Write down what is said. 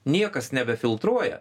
niekas nebefiltruoja